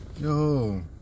Yo